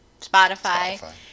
Spotify